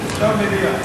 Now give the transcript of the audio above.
מליאה.